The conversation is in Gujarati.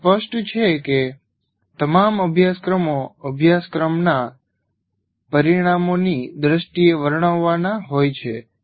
તે સ્પષ્ટ છે કે તમામ અભ્યાસક્રમો અભ્યાસક્રમના પરિણામોની દ્રષ્ટિએ વર્ણવવાના હોય છે